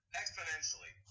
exponentially